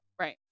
right